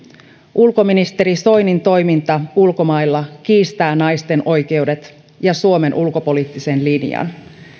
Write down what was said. ulkoministeri soinin toiminta ulkomailla kiistää naisten oikeudet ja suomen ulkopoliittisen linjan